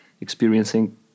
experiencing